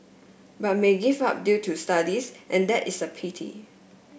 but may give up due to studies and that is a pity